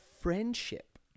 friendship